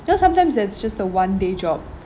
because sometimes that's just the one day job